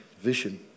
Vision